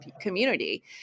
community